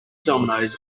dominoes